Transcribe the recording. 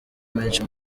menshi